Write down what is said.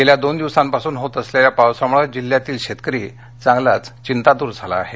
गेल्या दोन दिवसांपासुन होत असलेल्या पावसामुळे जिल्ह्यातील शेतकरी चांगलाच चिंतातुर झाला आहे